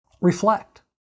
Reflect